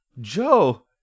Joe